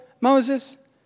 Moses